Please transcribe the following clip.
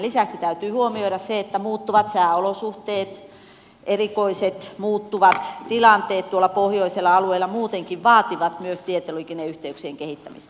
lisäksi täytyy huomioida se että muuttuvat sääolosuhteet erikoiset muuttuvat tilanteet tuolla pohjoisella alueella muutenkin vaativat myös tietoliikenneyhteyksien kehittämistä